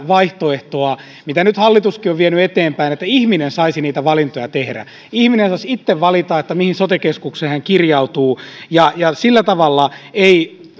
vaihtoehtoa mitä nyt hallituskin on vienyt eteenpäin että ihminen saisi niitä valintoja tehdä ihminen saisi itse valita mihin sote keskukseen hän kirjautuu ja sillä tavalla ei